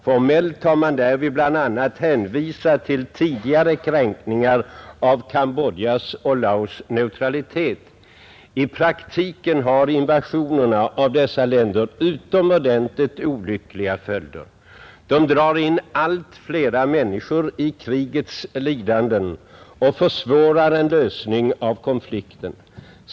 Formellt har man därvid bl.a. hänvisat till tidigare kränkningar av Cambodjas och Laos” neutralitet. I praktiken har invasionerna av dessa länder utomordentligt olyckliga följder. De drar in allt fler människor i krigets lidanden och försvårar en lösning av konflikten.